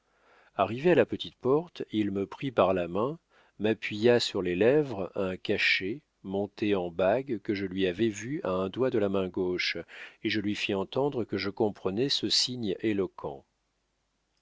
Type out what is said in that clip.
arrivés à la petite porte il me prit par la main m'appuya sur les lèvres un cachet monté en bague que je lui avais vu à un doigt de la main gauche et je lui fis entendre que je comprenais ce signe éloquent